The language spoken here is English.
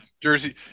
Jersey